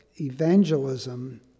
evangelism